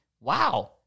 Wow